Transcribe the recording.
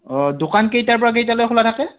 অ দোকান কেইটাৰ পৰা কেইটালৈ খোলা থাকে